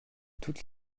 toute